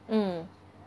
mm